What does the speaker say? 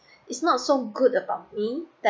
it's not so good about me that